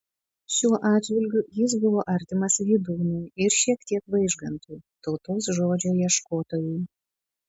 šiuo atžvilgiu jis buvo artimas vydūnui ir šiek tiek vaižgantui tautos žodžio ieškotojui